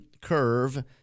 curve